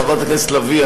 חברת הכנסת לביא,